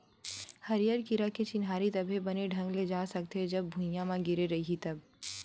हरियर कीरा के चिन्हारी तभे बने ढंग ले जा सकथे, जब भूइयाँ म गिरे रइही तब